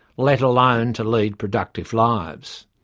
let alone to lead productive lives.